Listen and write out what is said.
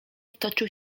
wtoczył